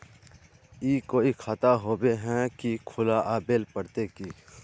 ई कोई खाता होबे है की खुला आबेल पड़ते की?